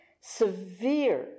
severe